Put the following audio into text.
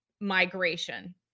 migration